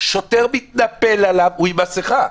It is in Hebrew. - השוטר מתנפל עליו, הוא עם מסכה,